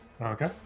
Okay